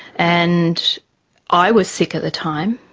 and i was sick at the time,